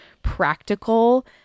practical